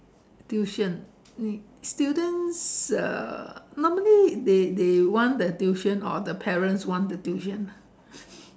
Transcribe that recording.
tuition students uh normally they they want the tuition or the parents want the tuition ah